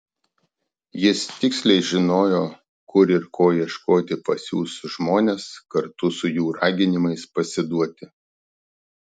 jis tiksliai žinojo kur ir ko ieškoti pasiųs žmones kartu su jų raginimais pasiduoti